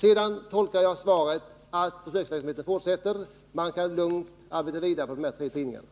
Sedan har jag tolkat svaret så, att arbetet fortsätter och att man lugnt kan arbeta vidare på de tre tidningarna.